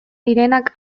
direnak